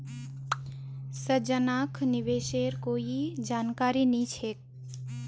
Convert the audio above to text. संजनाक निवेशेर कोई जानकारी नी छेक